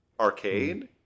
arcade